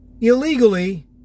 illegally